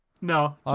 No